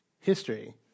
history